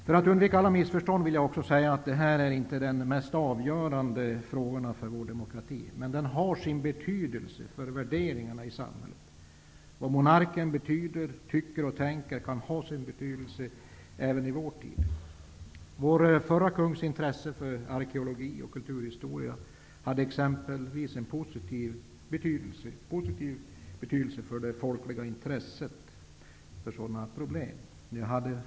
För att undvika missförstånd vill jag säga att det här inte är den mest avgörande frågan för vår demokrati. Men den har betydelse för värderingarna i samhället. Vad monarken betyder, tycker och tänker kan ha relevans även i vår tid. Vår förra kungs intresse för arkeologi och kulturhistoria exempelvis var positivt för det folkliga intresset för sådana problem.